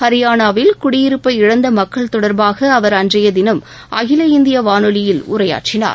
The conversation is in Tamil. ஹரியானாவில் குடியிருப்பை இழந்த மக்கள் தொடா்பாக அவா் அன்றைய தினம் அகில இந்திய வானொலியில் உரையாற்றினார்